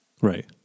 right